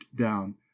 down